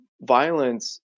violence